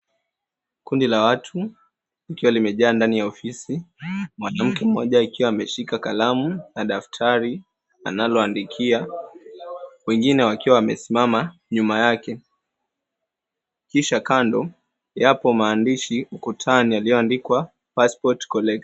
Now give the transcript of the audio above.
Kundi la watu likiwa kimejaa ndani ya ofisi, mwanamke mmoja akiwa ameshika kalamu na daftari analoandikia, wengine wakiwa wamesimama nyuma yake. Kisha kando yapo maandishi ukutani yaliyoandikwa, Passport Collection.